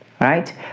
right